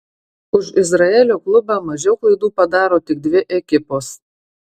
už izraelio klubą mažiau klaidų padaro tik dvi ekipos